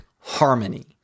harmony